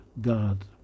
God